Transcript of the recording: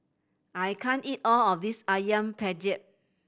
I can't eat all of this Ayam Penyet